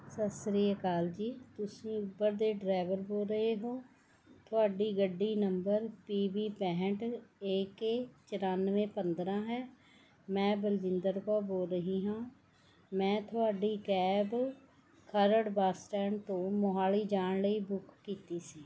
ਸਤਿ ਸ਼੍ਰੀ ਆਕਾਲ ਜੀ ਤੁਸੀਂ ਉਬਰ ਦੇ ਡਰਾਈਵਰ ਬੋਲ ਰਹੇ ਹੋ ਤੁਹਾਡੀ ਗੱਡੀ ਨੰਬਰ ਪੀ ਬੀ ਪੈਂਹਠ ਏ ਕੇ ਚੁਰਾਨਵੇਂ ਪੰਦਰਾਂ ਹੈ ਮੈਂ ਬਲਜਿੰਦਰ ਕੌਰ ਬੋਲ ਰਹੀ ਹਾਂ ਮੈਂ ਤੁਹਾਡੀ ਕੈਬ ਖਰੜ ਬੱਸ ਸਟੈਂਡ ਤੋਂ ਮੋਹਾਲੀ ਜਾਣ ਲਈ ਬੁੱਕ ਕੀਤੀ ਸੀ